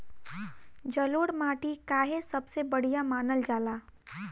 जलोड़ माटी काहे सबसे बढ़िया मानल जाला?